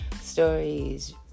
stories